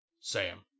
Sam